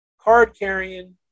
card-carrying